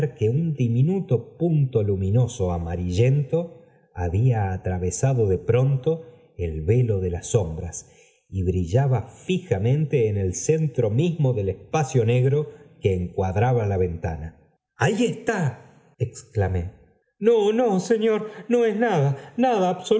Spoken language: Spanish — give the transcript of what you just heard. que un diminuto punto luminoso amarillento había atravesado de pronto el velo de las sombras y brillaba fijamente en el centro mismo del espacio negro que encuadraba la ventana ahí está í exclamé jno no señor no es nada nada